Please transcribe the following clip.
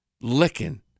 licking